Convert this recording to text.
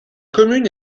commune